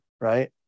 right